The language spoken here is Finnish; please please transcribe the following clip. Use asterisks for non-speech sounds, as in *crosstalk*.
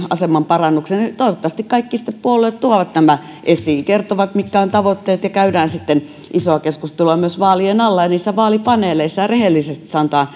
aseman parannukselle niin toivottavasti sitten kaikki puolueet tuovat nämä esiin kertovat mitkä ovat tavoitteet ja käydään sitten isoa keskustelua myös vaalien alla ja vaalipaneeleissa ja rehellisesti sanotaan *unintelligible*